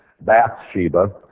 Bathsheba